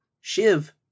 Shiv